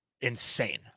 insane